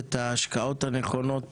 את ההשקעות הנכונות